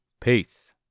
Peace